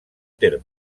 terme